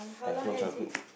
I have no childhood